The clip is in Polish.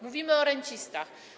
Mówimy o rencistach.